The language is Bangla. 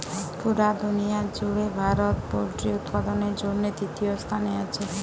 পুরা দুনিয়ার জুড়ে ভারত পোল্ট্রি উৎপাদনের জন্যে তৃতীয় স্থানে আছে